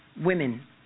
women